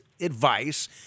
advice